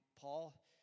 Paul